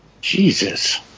Jesus